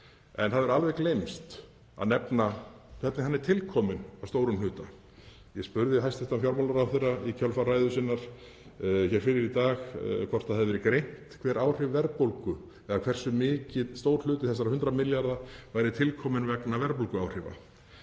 En það hefur alveg gleymst að nefna hvernig hann er tilkominn að stórum hluta. Ég spurði hæstv. fjármálaráðherra, í kjölfar ræðu sinnar fyrr í dag, hvort það hefði verið greint hver áhrif verðbólgu eða hversu stór hluti þessara 100 milljarða væri tilkomin vegna verðbólguáhrifa.